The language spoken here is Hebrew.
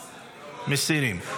מסירים.